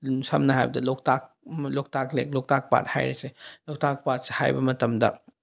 ꯁꯝꯅ ꯍꯥꯏꯔꯕꯗ ꯂꯣꯛꯇꯥꯛ ꯂꯣꯛꯇꯥꯛ ꯂꯦꯛ ꯂꯣꯛꯇꯥꯛ ꯄꯥꯠ ꯍꯥꯏꯔꯁꯤ ꯂꯣꯛꯇꯥꯛ ꯄꯥꯠꯁꯤ ꯍꯥꯏꯕ ꯃꯇꯝꯗ